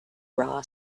raw